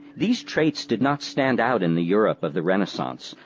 these traits did not stand out in the europe of the renaissance,